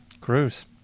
Cruz